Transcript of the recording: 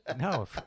No